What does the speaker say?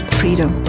freedom